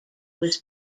was